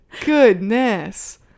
goodness